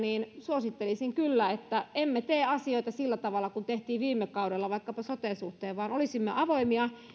suosittelisin kyllä että emme tee asioita sillä tavalla kuin tehtiin viime kaudella vaikkapa soten suhteen vaan olisimme avoimia